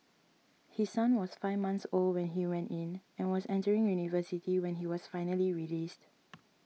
his son was five months old when he went in and was entering university when he was finally released